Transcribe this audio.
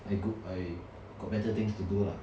I go I got better things to do lah